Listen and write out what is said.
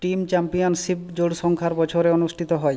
team championship জোড় সংখ্যার বছরে অনুষ্ঠিত হয়